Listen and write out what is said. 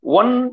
one